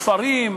כפרים,